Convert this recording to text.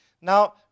Now